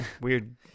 weird